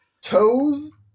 toes